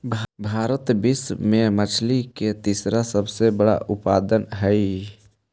भारत विश्व में मछली के तीसरा सबसे बड़ा उत्पादक हई